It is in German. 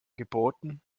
geboten